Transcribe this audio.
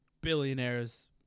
billionaires